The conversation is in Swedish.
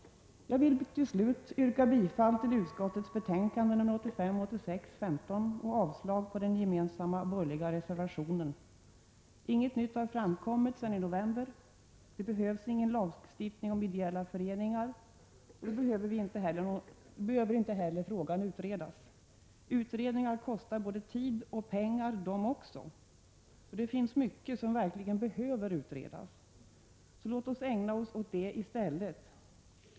Jag vill till slut yrka bifall till utskottets hemställan i betänkande 1985/86:15 och avslag på den gemensamma borgerliga reservationen. Inget nytt har framkommit sedan i november. Det behövs ingen lagstiftning om ideella föreningar, och då behöver inte heller frågan utredas. Utredningar kostar både tid och pengar, och det finns mycket som verkligen behöver utredas. Låt oss ägna oss åt det i stället.